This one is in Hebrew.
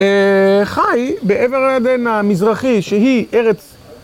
חי, בעבר הירדן המזרחי, שהיא ארץ...